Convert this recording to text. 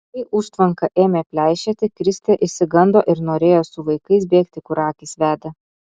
kai užtvanka ėmė pleišėti kristė išsigando ir norėjo su vaikais bėgti kur akys veda